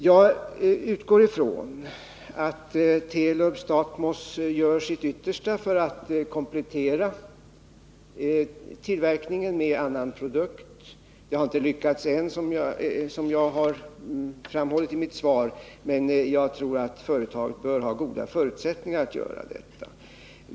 Jag utgår från att Telub-Stathmos gör sitt yttersta för att komplettera tillverkningen med annan produkt. Det har inte lyckats än, som jag har framhållit i mitt svar, men jag tror att företaget bör ha goda förutsättningar att göra detta.